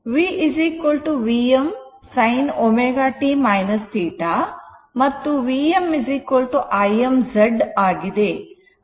Vm Vm sin ω t θ ಮತ್ತು Vm Im z ಆಗಿದೆ